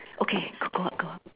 okay go out go out